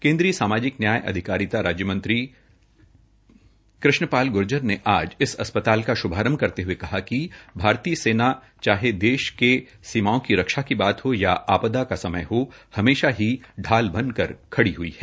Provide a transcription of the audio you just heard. केन्द्रीय सामाजिक नयाय अधिकारिता राज्य मंत्री कृष्ण पाल ग्र्जर ने आज इस अस्पताल का श्भारंभ करते हये कहा कि भारतीय सेना चाहे देश के सीमाओ की रक्षा की बात हो या आपदा का समय हो हमेशा ही ढाल बनकर खड़ी हई है